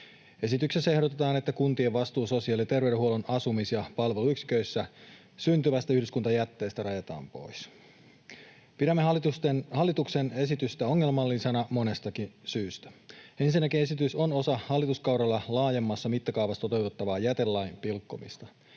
Esityksessä ehdotetaan, että kuntien vastuu sosiaali- ja terveydenhuollon asumis- ja palveluyksiköissä syntyvästä yhdyskuntajätteestä rajataan pois. Pidämme hallituksen esitystä ongelmallisena monestakin syystä: Ensinnäkin esitys on osa hallituskaudella laajemmassa mittakaavassa toteutettavaa jätelain pilkkomista.